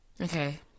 Okay